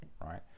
right